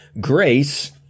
grace